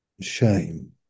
Shame